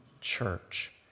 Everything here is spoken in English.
Church